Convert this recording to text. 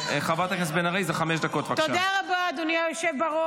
אז תדברו בצד והכול יהיה בסדר.